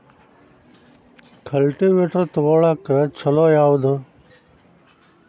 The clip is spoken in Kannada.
ಕಲ್ಟಿವೇಟರ್ ತೊಗೊಳಕ್ಕ ಛಲೋ ಯಾವದ?